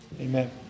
amen